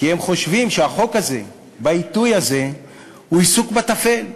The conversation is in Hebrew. כי הם חושבים שהחוק הזה בעיתוי הזה הוא עיסוק בטפל.